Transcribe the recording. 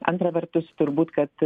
antra vertus turbūt kad